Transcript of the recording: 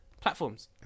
platforms